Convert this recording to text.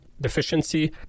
deficiency